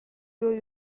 جویی